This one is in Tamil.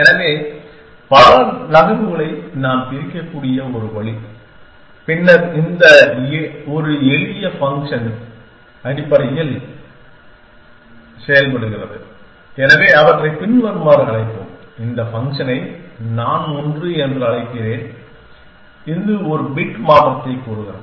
எனவே பல நகர்வுகளை நாம் பிரிக்கக்கூடிய ஒரு வழி பின்னர் இந்த ஒரு எளிய ஃபங்க்ஷனின் அடிப்படையில் செயல்படுகிறது எனவே அவற்றை பின்வருமாறு அழைப்போம் இந்த ஃபங்க்ஷனை நான் ஒன்று என்று அழைக்கிறேன் இது ஒரு பிட் மாற்றத்தை கூறுகிறது